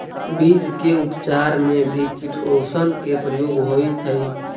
बीज के उपचार में भी किटोशन के प्रयोग होइत हई